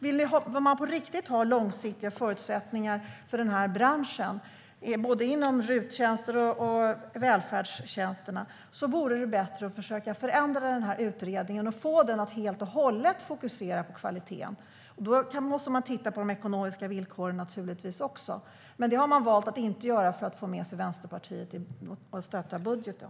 Om man på riktigt vill ha långsiktiga förutsättningar för branschen både inom RUT-tjänsterna och välfärdstjänsterna vore det bättre att försöka förändra utredningen och få den att helt och hållet fokusera på kvaliteten. Då måste man naturligtvis också titta på de ekonomiska villkoren. Men det har man valt att inte göra för att få med sig Vänsterpartiet på att stötta budgeten.